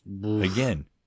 again